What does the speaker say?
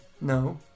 No